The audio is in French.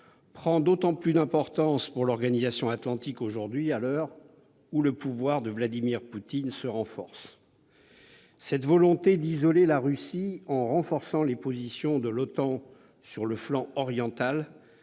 prend encore plus d'importance pour l'organisation atlantique maintenant que le pouvoir de Vladimir Poutine se renforce. Cette volonté d'isoler la Russie en renforçant les positions de l'OTAN sur le flanc oriental